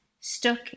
stuck